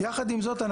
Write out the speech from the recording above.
יחד עם זאת,